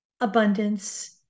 abundance